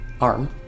arm